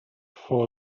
for